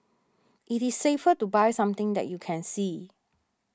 it is safer to buy something that you can see